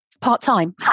part-time